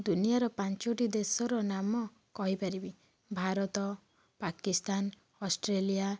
ଦୁନିଆର ପାଞ୍ଚଟି ଦେଶର ନାମ କହିପାରିବି ଭାରତ ପାକିସ୍ତାନ ଅଷ୍ଟ୍ରେଲିଆ